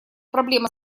проблемы